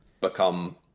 become